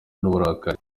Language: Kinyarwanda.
n’uburakari